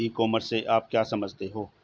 ई commerce से आप क्या समझते हो?